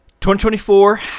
2024